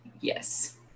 Yes